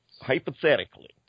hypothetically